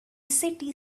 city